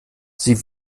sie